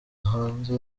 hanze